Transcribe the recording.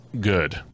Good